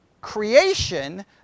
creation